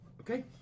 Okay